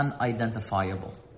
unidentifiable